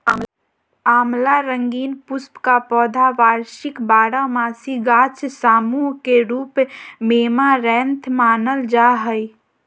आँवला रंगीन पुष्प का पौधा वार्षिक बारहमासी गाछ सामूह के रूप मेऐमारैंथमानल जा हइ